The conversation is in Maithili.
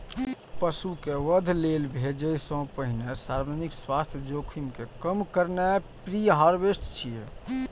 पशु कें वध लेल भेजै सं पहिने सार्वजनिक स्वास्थ्य जोखिम कें कम करनाय प्रीहार्वेस्ट छियै